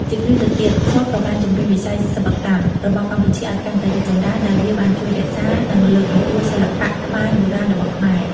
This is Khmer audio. ជាងនេះទៅទៀត សូត្រក៏បាន ជំរុញវិស័យសិប្បកម្ម របស់កម្ពុជាឲ្យកាន់តែរីកចម្រើន ដោយវាបានជួយរក្សា និងលើកកម្ពស់សិល្បៈត្បាញបុរាណរបស់ខ្មែរ ។